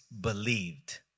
believed